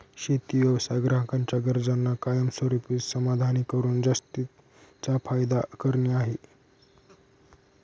शेती व्यवसाय ग्राहकांच्या गरजांना कायमस्वरूपी समाधानी करून जास्तीचा फायदा करणे आहे